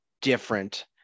different